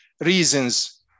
reasons